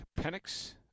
Penix